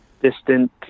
distant